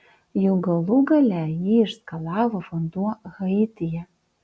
juk galų gale jį išskalavo vanduo haityje